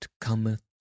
cometh